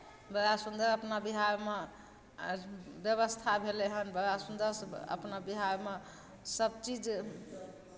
बड़ा सुन्दर अपना बिहारमे व्यवस्था भेलै हन बड़ा सुन्दरसँ अपना बिहारमे सभचीज